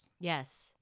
Yes